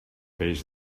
peix